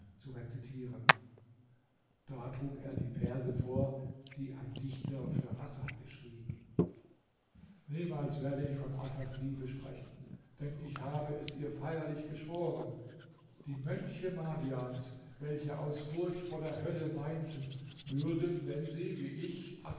zu rezitieren da trug er die verse vor die ein dichter für assa geschrieben niemals werde ich von assas liebe sprechen denn ich habe es ihr feierlich geschworen die mönche madians welche aus furcht vor der hölle weinten würden wenn sie wie ich